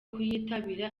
kuyitabira